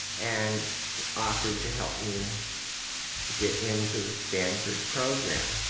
and offered to help me get in to the stanford program.